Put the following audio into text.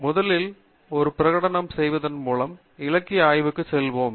எனவே முதலில் ஒரு பிரகடனம் செய்வதன் மூலம் இலக்கிய ஆய்வுக்குத் செல்வோம்